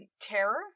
terror